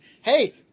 hey